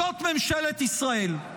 זאת ממשלת ישראל.